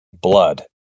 blood